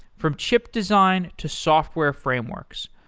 from chip design to software frameworks.